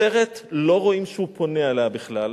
בסרט לא רואים שהוא פונה אליה בכלל,